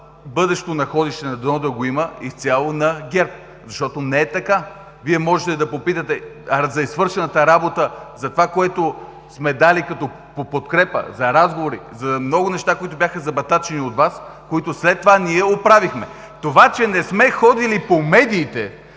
бъдещо находище надолу да го има изцяло на ГЕРБ, защото не е така. Вие може да попитате за извършената работа за това, което сме дали като подкрепа, за разговори за много неща, които бяха забатачени от Вас, които след това ние оправихме. Това, че не сме ходили по медиите,